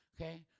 okay